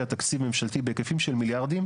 תקציב ממשלתי בהיקפים של מיליארדים,